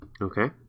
Okay